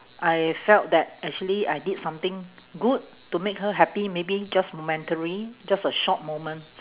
I felt that actually I did something good to make her happy maybe just momentarily just a short moment